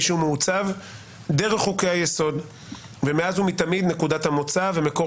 שהוא מעוצב דרך חוקי-היסוד ומאז ותמיד נקודת המוצא ומקור